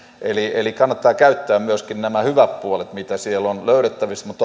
eli eli kannattaa käyttää myöskin nämä hyvät puolet mitä sieltä on löydettävissä mutta